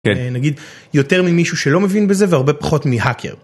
נגיד יותר ממישהו שלא מבין בזה והרבה פחות מהאקר.